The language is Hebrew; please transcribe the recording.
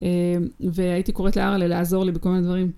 והייתי קוראת לאהר'לה לעזור לי בכל מיני דברים.